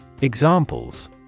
Examples